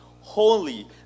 holy